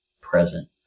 present